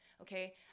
okay